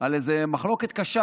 על איזו מחלוקת קשה